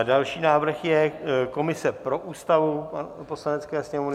Další návrh je komise pro Ústavu Poslanecké sněmovny.